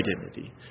identity